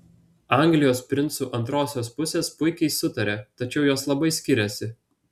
anglijos princų antrosios pusės puikiai sutaria tačiau jos labai skiriasi